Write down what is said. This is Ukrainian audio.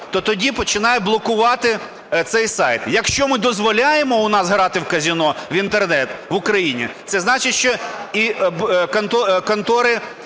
то тоді починає блокувати цей сайт. Якщо ми дозволяємо у нас грати в казино, в Інтернет, в Україні, це значить, що і контори,